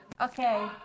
Okay